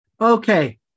Okay